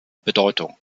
bedeutung